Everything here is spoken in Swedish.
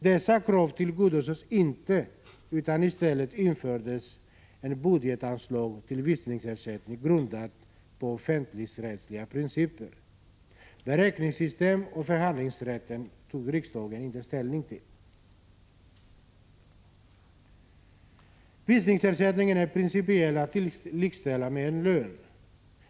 De tillgodosågs inte, utan i stället infördes ett budgetanslag till visningsersättningen grundat på offentligrättsliga principer, och beräkningssystemet och förhandlingsrätten tog riksdagen inte ställning till. Visningsersättningen är principiellt att likställa med en lön.